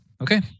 Okay